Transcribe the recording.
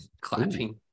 clapping